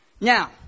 Now